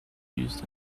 used